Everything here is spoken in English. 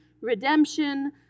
redemption